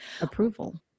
approval